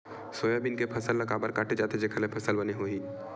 Soybean के फसल ल काबर काटे जाथे जेखर ले फसल बने होही?